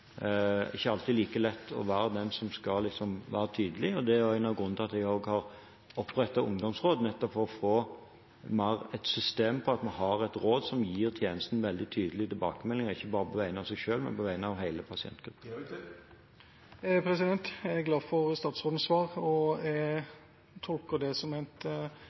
jeg også har opprettet ungdomsråd – nettopp for å få et system på at vi har et råd som gir tjenesten veldig tydelige tilbakemeldinger ikke bare på vegne av seg selv, men på vegne av hele pasientgruppen. Jeg er glad for statsrådens svar, og jeg tolker det som